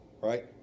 Right